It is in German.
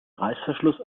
reißverschluss